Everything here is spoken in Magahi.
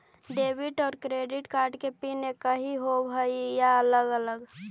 डेबिट और क्रेडिट कार्ड के पिन एकही होव हइ या अलग अलग?